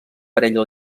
parella